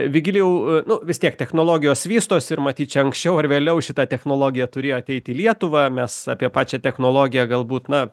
vigilijau nu vis tiek technologijos vystosi ir matyt čia anksčiau ar vėliau šita technologija turėjo ateiti į lietuvą mes apie pačią technologiją galbūt na